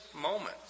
moment